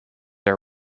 are